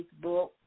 Facebook